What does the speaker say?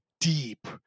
deep